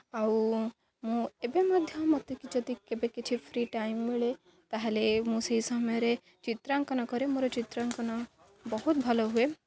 ଆଉ ମୁଁ ଏବେ ମଧ୍ୟ ମୋତେ ଯଦି କେବେ କିଛି ଫ୍ରି ଟାଇମ୍ ମିଳେ ତା'ହେଲେ ମୁଁ ସେଇ ସମୟରେ ଚିତ୍ରାଙ୍କନ କରେ ମୋର ଚିତ୍ରାଙ୍କନ ବହୁତ ଭଲ ହୁଏ